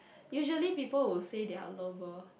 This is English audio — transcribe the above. usually people will say their lover